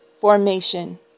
formation